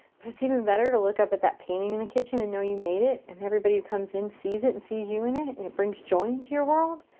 but it's even better to look up at that painting in the kitchen and know you made it and everybody who comes in sees it and sees you in it, and it brings joy into your world.